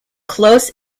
close